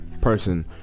person